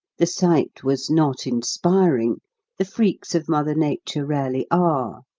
the sight was not inspiring the freaks of mother nature rarely are.